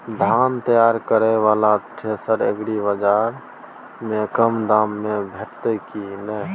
धान तैयार करय वाला थ्रेसर एग्रीबाजार में कम दाम में भेटत की नय?